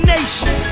Nation